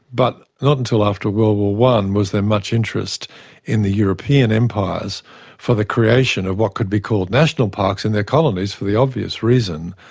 but not until after world war i was there much interest in the european empires for the creation of what could be called national parks and their colonies, for the obvious reason,